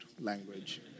language